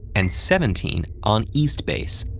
and seventeen on east base.